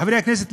לחברי הכנסת,